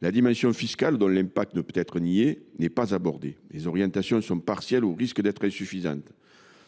la dimension fiscale, dont l’impact ne peut être nié, n’est pas abordée. Les orientations sont partielles, au risque d’être insuffisantes.